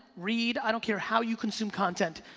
read. i don't care how you consume content.